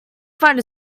find